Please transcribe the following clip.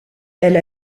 elle